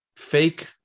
fake